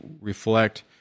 reflect